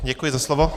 Děkuji za slovo.